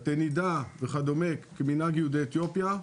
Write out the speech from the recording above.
בתי נידה וכדומה במנהג יהודי אתיופיה.